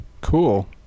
Cool